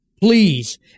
please